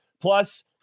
Plus